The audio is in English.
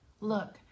Look